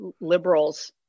liberals